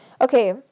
Okay